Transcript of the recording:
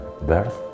birth